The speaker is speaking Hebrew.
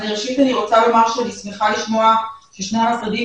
ראשית אני רוצה לומר שאני שמחה לשמוע ששני המשרדים